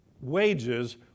wages